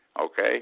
okay